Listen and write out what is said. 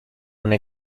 una